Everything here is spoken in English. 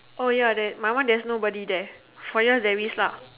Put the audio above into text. oh ya my one there's nobody there for yours there is lah